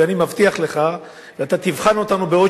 ואני מבטיח לך ואתה תבחן אותנו בעוד